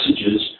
messages